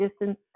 distance